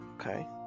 Okay